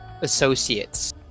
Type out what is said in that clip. associates